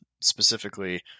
specifically